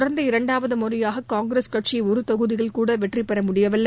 தொடர்ந்து இரண்டாவது முறையாக காங்கிரஸ் கட்சி ஒரு தொகுதியில் கூட வெற்றி பெற முடியவில்லை